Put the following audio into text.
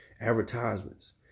advertisements